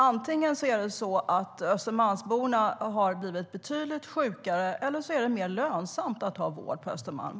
Antingen har Östermalmsborna blivit betydligt sjukare, eller så är det mer lönsamt att bedriva vård på Östermalm.